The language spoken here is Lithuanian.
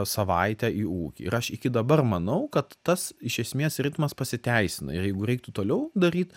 savaitę į ūkį ir aš iki dabar manau kad tas iš esmės ritmas pasiteisina jeigu reiktų toliau daryt